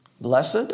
Blessed